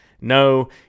No